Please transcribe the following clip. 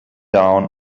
down